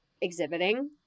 exhibiting